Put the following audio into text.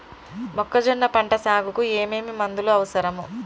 మొక్కజొన్న పంట సాగుకు ఏమేమి మందులు అవసరం?